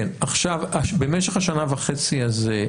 במשך השנה וחצי הזו,